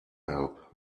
help